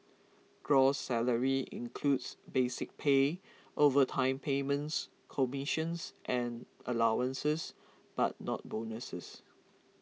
gross salary includes basic pay overtime payments commissions and allowances but not bonuses